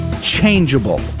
changeable